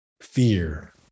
fear